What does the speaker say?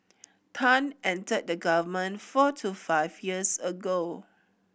Tan entered the government four to five years ago